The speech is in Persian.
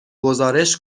گزارش